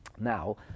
Now